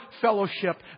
fellowship